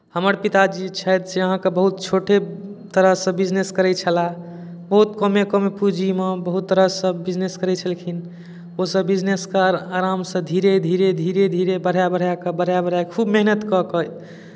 हमरा पिताजी जे छथि से अहाँकेँ बहुत छोटे तरहसँ बिजनेस करैत छलाह बहुत कमे कम पूँजीमे बहुत तरहसँ बिजनेस करैत छलखिन ओसभ बिजनेसकेँ आरामसँ धीरे धीरे धीरे धीरे बढ़ाए बढ़ाए कऽ बढ़ाए बढ़ाए कऽ खूब मेहनति कऽ कऽ